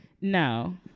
No